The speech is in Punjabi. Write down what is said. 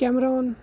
ਕੈਮਰੋਨ